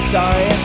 Sorry